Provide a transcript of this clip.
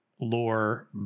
lore